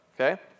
okay